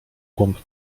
głąb